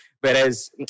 Whereas